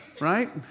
right